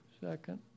Second